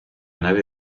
nave